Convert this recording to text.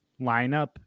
lineup